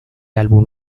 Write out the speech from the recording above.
álbum